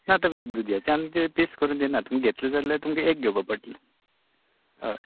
ना तें दुदयाचें आमी पीस कोरून दिनात तुमी घेतलो जाल्यार तुमकां एक घेवपा पडटलें हय